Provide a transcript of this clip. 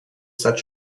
such